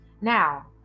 Now